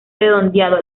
redondeado